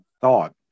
thought